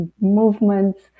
movements